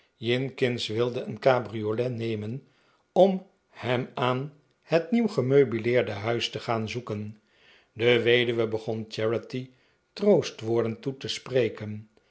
jinkins wilde een cabriolet nemen om hem aan het nieuw gemeubileerde huis te gaan zoeken de weduwe begon charity troostwoorden toe te spreken